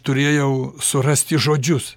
turėjau surasti žodžius